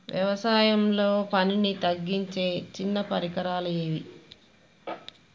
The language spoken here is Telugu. వ్యవసాయంలో పనిని తగ్గించే చిన్న పరికరాలు ఏవి?